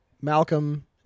Malcolm